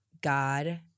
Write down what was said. God